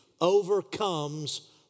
overcomes